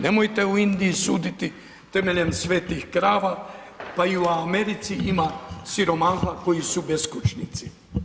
Nemojte o Indiji suditi temeljem svetih krava, pa i u Americi ima siromaha koji su beskućnici.